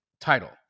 title